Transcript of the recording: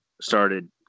started